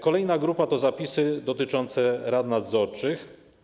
Kolejna grupa to zapisy dotyczące rad nadzorczych.